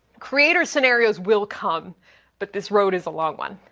creator scenarios will come but this road is a long one.